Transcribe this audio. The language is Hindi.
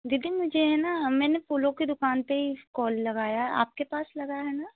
दीदी मुझे है न मैंने फूलो की दुकान पर इस कॉल लगाया आपके पास लगा है न